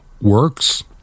works